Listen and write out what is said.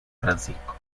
francisco